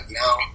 now